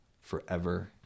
forever